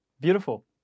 Beautiful